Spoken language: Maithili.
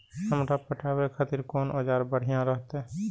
हमरा पटावे खातिर कोन औजार बढ़िया रहते?